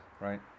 right